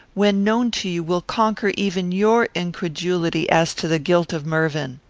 when known to you, will conquer even your incredulity as to the guilt of mervyn.